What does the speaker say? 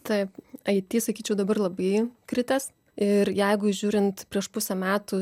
taip ai ty sakyčiau dabar labai kritęs ir jeigu žiūrint prieš pusę metų